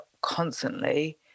constantly